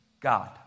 God